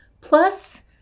Plus